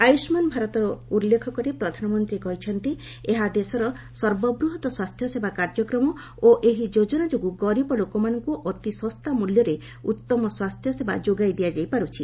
ଆୟୁଷ୍କାନ୍ ଭାରତର ଉଲ୍ଲେଖ କରି ପ୍ରଧାନମନ୍ତ୍ରୀ କହିଛନ୍ତି ଏହା ଦେଶର ସର୍ବବୃହତ ସ୍ୱାସ୍ଥ୍ୟସେବା କାର୍ଯ୍ୟକ୍ରମ ଓ ଏହି ଯୋଜନା ଯୋଗୁଁ ଗରିବ ଲୋକମାନଙ୍କୁ ଅତି ଶସ୍ତା ମଲ୍ୟରେ ଉତ୍ତମ ସ୍ୱାସ୍ଥ୍ୟ ସେବା ଯୋଗାଇ ଦିଆଯାଇ ପାରୁଛି